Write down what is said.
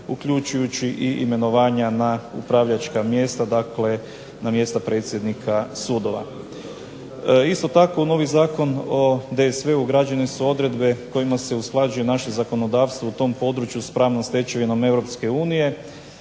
uključujući i imenovanja na upravljačka mjesta. Dakle, na mjesta predsjednika sudova. Isto tako novi Zakon o DSV-u ugrađene su odredbe kojima se usklađuje naše zakonodavstvo u tom području s pravnom stečevinom EU,